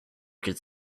could